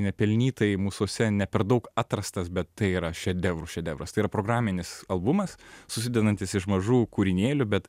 nepelnytai mūsuose ne per daug atrastas bet tai yra šedevrų šedevras tai yra programinis albumas susidedantis iš mažų kūrinėlių bet